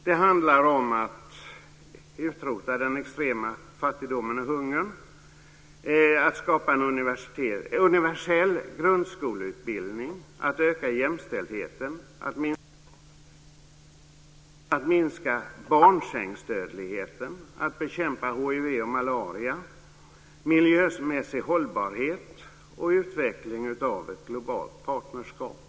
Det handlar om att utrota den extrema fattigdomen och hungern, att skapa en universell grundskolelutbildning, att öka jämställdheten, att minska barnadödligheten, att minska barnsängsdödligheten, att bekämpa hiv och malaria, att åstadkomma miljömässig hållbarhet och utveckla ett globalt partnerskap.